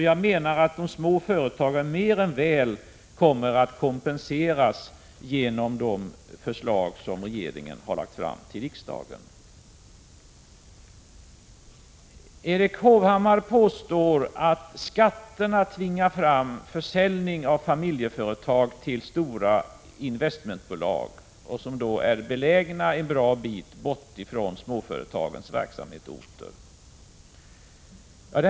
Jag menar att de små företagen mer än väl kommer att kompenseras genom de förslag regeringen lagt fram till riksdagen. Erik Hovhammar påstår att skatterna tvingar fram försäljning av familjeföretag till stora investmentbolag som är belägna en bra bit bort från småföretagens verksamhetsorter.